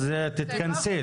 אז תתכנסי.